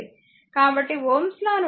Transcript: కాబట్టి Ωs లా నుండి v0 4 i0